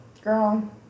Girl